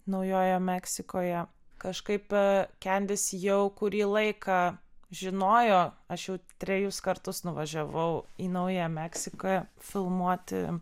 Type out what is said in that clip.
naujojoje meksikoje kažkaip kendis jau kurį laiką žinojo aš jau trejus kartus nuvažiavau į naująją meksiką filmuoti